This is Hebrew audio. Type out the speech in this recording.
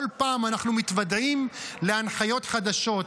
כל פעם אנחנו מתוודעים להנחיות חדשות,